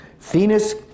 venus